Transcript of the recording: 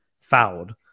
fouled